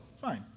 Fine